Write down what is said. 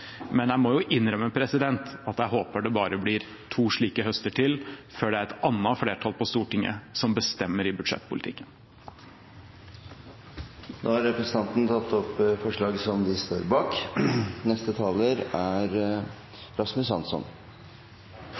Men jeg må innrømme at jeg håper det bare blir to slike høster til før det er et annet flertall på Stortinget som bestemmer i budsjettpolitikken. Da har representanten Snorre Serigstad Valen tatt opp